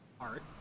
art